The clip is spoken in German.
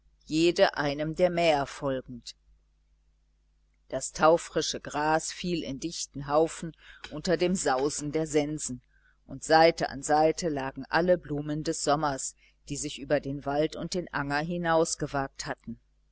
jede ihrem mäher folgend das taufrische gras fiel in dichten haufen unter dem sausen der sensen und seite an seite lagen alle blumen des sommers die sich über den wald und den anger hinausgewagt hatten